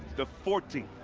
the forty